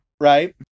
right